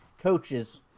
Coaches